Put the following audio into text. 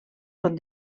són